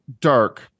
Dark